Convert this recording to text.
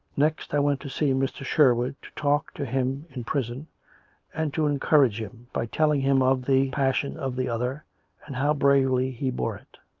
next i went to see mr. sherwood, to talk to him in prison and to encourage him by telling him of the passion of the other and how bravely he bore it.